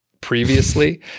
previously